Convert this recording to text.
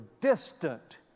distant